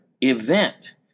event